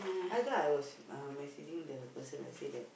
ah because I was uh messaging the person I say that